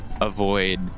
avoid